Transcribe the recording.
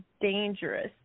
dangerous